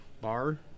bar